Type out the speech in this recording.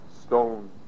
stone